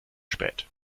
spät